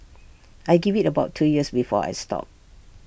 I give IT about two years before I stop